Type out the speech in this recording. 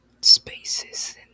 spaces